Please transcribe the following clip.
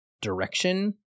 direction